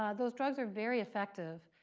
ah those drugs are very effective.